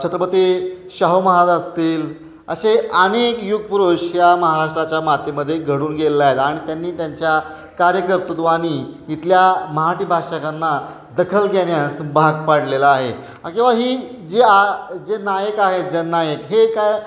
छत्रपती शाहू महाराज असतील असे अनेक युगपुरुष या महाराष्ट्राच्या मातीमध्ये घडून गेलेले आहेत आणि त्यांनी त्यांच्या कार्यकर्तृत्वानी इथल्या मराठी भाषकांना दखल घेण्यास भाग पाडलेलं आहे किंवा ही जी आ जे नायक आहेत जननायक हे काय